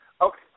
Okay